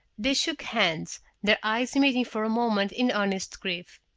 they shook hands, their eyes meeting for a moment in honest grief.